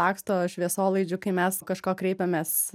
laksto šviesolaidžiu kai mes kažko kreipėmės